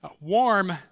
warm